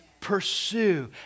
Pursue